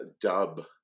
dub